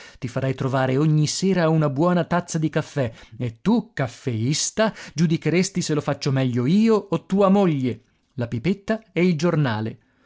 ti farei trovare ogni sera una buona tazza di caffè e tu caffeista giudicheresti se lo faccio meglio io o tua moglie la pipetta e il giornale